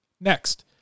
Next